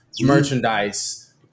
merchandise